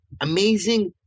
amazing